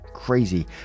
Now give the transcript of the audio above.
crazy